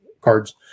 cards